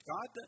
God